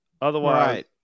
Otherwise